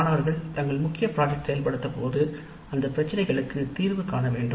மாணவர்கள் தங்கள் முக்கிய திட்டத்தை செயல்படுத்தும்போது அந்த பிரச்சினைகளுக்கு தீர்வு காண வேண்டும்